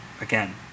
again